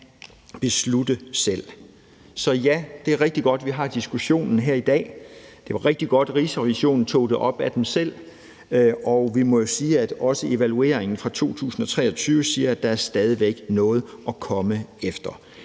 beslutte selv. Så ja, det er rigtig godt, at vi har diskussionen her i dag, det var rigtig godt, at Rigsrevisionen tog det op af sig selv, og vi må jo sige, at også evalueringen fra 2023 viser, at der stadig væk er noget at komme efter.